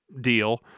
deal